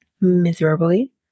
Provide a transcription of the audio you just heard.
miserably